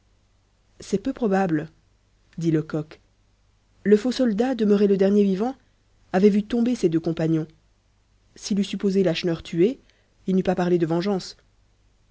c'est peu probable dit lecoq le faux soldat demeuré le dernier vivant avait vu tomber ses deux compagnons s'il eût supposé lacheneur tué il n'eût pas parlé de vengeance